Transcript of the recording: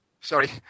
Sorry